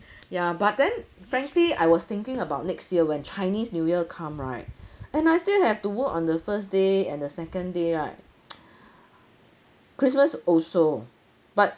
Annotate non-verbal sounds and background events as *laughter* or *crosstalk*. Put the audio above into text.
ya but then frankly I was thinking about next year when chinese new year come right and I still have to work on the first day and the second day right *noise* christmas also but